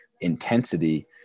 intensity